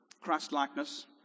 Christ-likeness